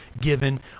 given